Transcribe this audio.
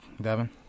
Devin